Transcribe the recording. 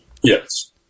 Yes